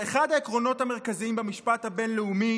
אחד העקרונות המרכזיים במשפט הבין-לאומי